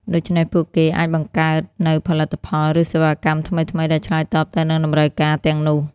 ដូច្នេះ ពួកគេអាចបង្កើតនូវផលិតផល ឬសេវាកម្មថ្មីៗដែលឆ្លើយតបទៅនឹងតម្រូវការទាំងនោះ។